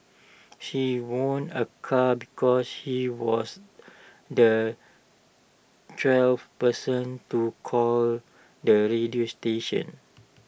she won A car because she was the twelve person to call the radio station